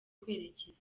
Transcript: kwerekeza